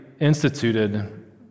instituted